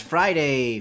Friday